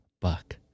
buck